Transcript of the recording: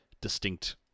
distinct